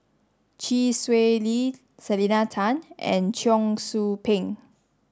Chee Swee Lee Selena Tan and Cheong Soo Pieng